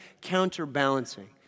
counterbalancing